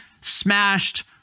smashed